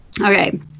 Okay